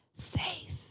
Faith